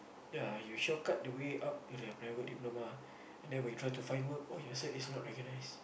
ya you short cut the way out with your private diploma and then when you try to find work all your cert is not recognised